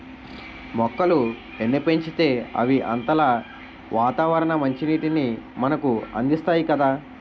మొక్కలు ఎన్ని పెంచితే అవి అంతలా వాతావరణ మంచినీటిని మనకు అందిస్తాయి కదా